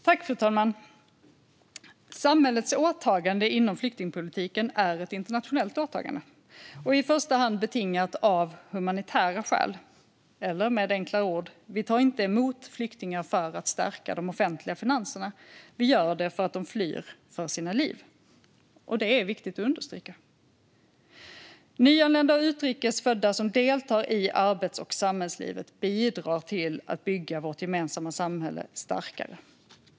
Fru talman! Samhällets åtagande inom flyktingpolitiken är ett internationellt åtagande och i första hand betingat av humanitära skäl. Med enklare ord: Vi tar inte emot flyktingar för att stärka de offentliga finanserna, utan vi gör det för att de flyr för sina liv. Detta är viktigt att understryka. Nyanlända och utrikes födda som deltar i arbets och samhällslivet bidrar till att bygga vårt gemensamma samhälle starkare.